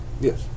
Yes